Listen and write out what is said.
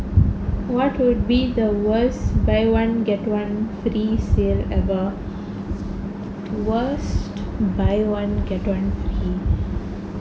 what would be the worst buy one get one free sale ever worst buy one get one free